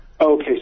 okay